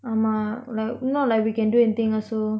ஆமா:aama like not like we can do anything also